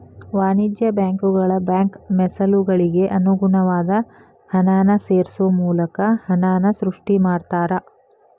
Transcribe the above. ವಾಣಿಜ್ಯ ಬ್ಯಾಂಕುಗಳ ಬ್ಯಾಂಕ್ ಮೇಸಲುಗಳಿಗೆ ಅನುಗುಣವಾದ ಹಣನ ಸೇರ್ಸೋ ಮೂಲಕ ಹಣನ ಸೃಷ್ಟಿ ಮಾಡ್ತಾರಾ